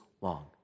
long